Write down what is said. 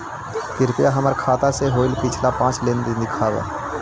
कृपा हमर खाता से होईल पिछला पाँच लेनदेन दिखाव